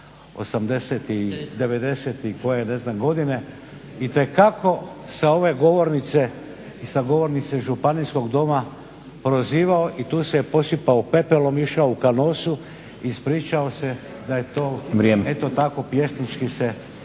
tada 90 i ne znam koje godine itekako sa ove govornice Županijskog doma prozivao i tu se je posipao pepelom išao u …, ispričao se da je to eto tako pjesnički se